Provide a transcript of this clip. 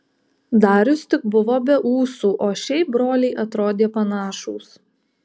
darius tik buvo be ūsų o šiaip broliai atrodė panašūs